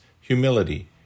humility